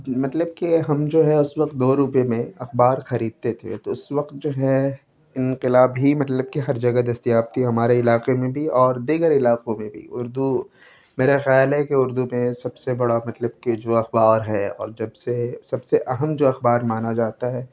مطلب کہ ہم جو ہے اس وقت دو روپے میں اخبار خریدتے تھے تو اس وقت جو ہے انقلاب ہی مطلب کہ ہر جگہ دستیاب تھی ہمارے علاقے میں بھی اور دیگر علاقوں میں بھی اردو میرا خیال ہے کہ اردو میں سب سے بڑا مطلب کہ جو اخبار ہے اور جب سے سب سے اہم جو اخبار مانا جاتا ہے